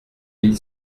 mille